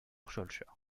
schœlcher